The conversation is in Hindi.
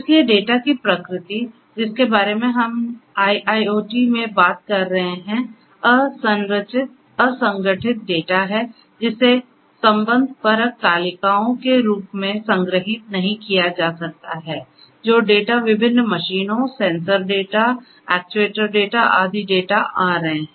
इसलिए डेटा की प्रकृति जिसके बारे में हम IIoT में बात कर रहे हैं असंरचित असंगठित डेटा है जिसे संबंधपरक तालिकाओं के रूप में संग्रहीत नहीं किया जा सकता है जो डेटा विभिन्न मशीनों सेंसर डेटा एक्ट्यूएटर डेटा आदि डेटा आ रहे हैं